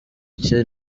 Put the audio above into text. iki